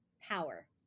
power